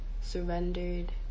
surrendered